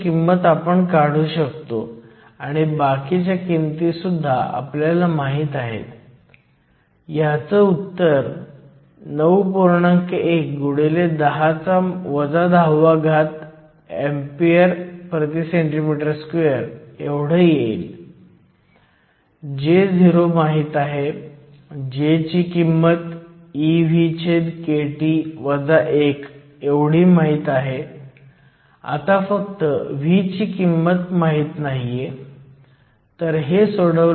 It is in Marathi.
De कारण आपण मायनॉरिटी कॅरियर्सकडे पाहत आहोत ते 100 cm2 s 1 आहेत τe τh जे क्रॉस सेक्शनल एरिया 10 4cm 2 मध्ये 5 मायक्रोसेकंद इतके आहे